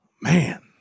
man